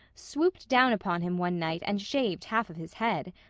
swooped down upon him one night and shaved half of his head.